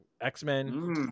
x-men